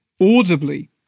audibly